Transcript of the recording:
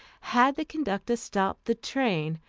had the conductor stop the train,